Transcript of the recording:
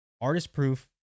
Artist-proof